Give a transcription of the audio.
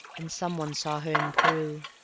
and some one saw her in peru,